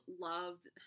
loved